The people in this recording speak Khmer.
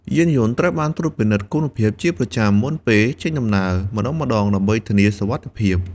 យានយន្តត្រូវបានត្រួតពិនិត្យគុណភាពជាប្រចាំមុនពេលចេញដំណើរម្តងៗដើម្បីធានាសុវត្ថិភាព។